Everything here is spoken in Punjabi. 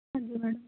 ਹਾਂਜੀ ਮੈਡਮ